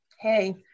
hey